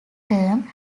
term